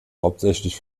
hauptsächlich